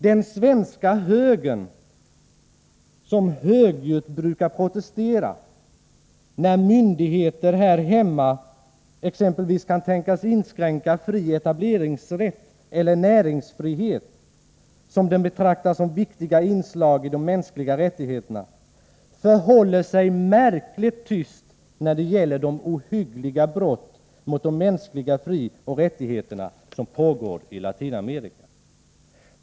Den svenska högern som högljutt brukar protestera, när myndigheter här hemma exempelvis kan tänkas inskränka fri etableringsrätt eller näringsfrihet, som den betraktar som viktiga inslag i de mänskliga rättigheterna, förhåller sig märkligt tyst när det gäller de ohyggliga brott mot de mänskliga frioch rättigheterna som pågår i Latinamerika.